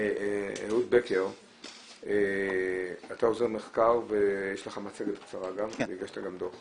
אתה עוזר מחקר ויש לך מצגת קצרה גם וגם דוח,